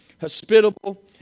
hospitable